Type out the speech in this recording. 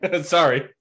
Sorry